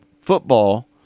Football